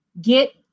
get